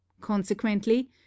consequently